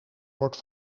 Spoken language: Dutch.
wordt